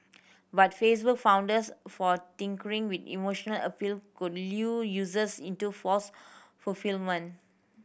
but Facebook fondness for tinkering with emotional appeal could lull users into false fulfilment